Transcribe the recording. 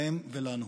להם ולנו.